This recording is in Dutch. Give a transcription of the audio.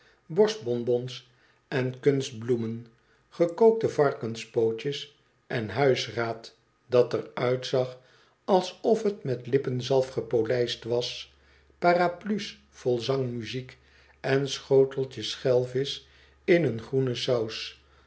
eb borstbonbons en kunstbloemen gekookte varkenspootjes en huisraad dat er uitzag alsof t met lippen zalf gepolijst was paraplu's vol zangmuziek en schoteltjes schel viseh in een groene saus